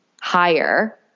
higher